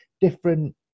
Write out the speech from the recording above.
different